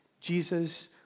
Jesus